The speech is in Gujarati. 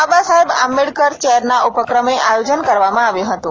બાબા સાહેબ આંબેડકરએરના ઉપક્રમે આયોજન કરવામાં આવ્યું હતું